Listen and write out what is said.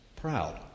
proud